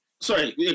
sorry